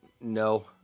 No